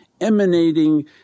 emanating